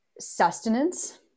sustenance